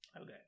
Okay